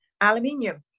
Aluminium